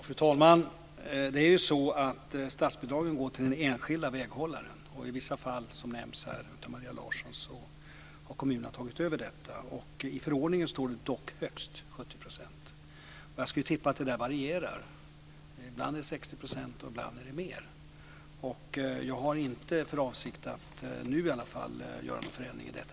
Fru talman! Statsbidragen går till den enskilda väghållaren. I vissa fall, som nämns här av Maria Larsson, har kommunerna tagit över detta ansvar. I förordningen står "dock högst 70 %". Jag skulle tippa att det varierar. Ibland är det 60 %, och ibland är det mer. Jag har inte för avsikt att i varje fall nu göra någon förändring i detta.